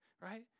right